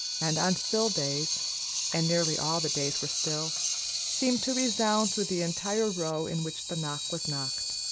and on still days and nearly all the days were still seemed to resound through the entire row in which the knock was knocked.